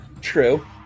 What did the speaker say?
True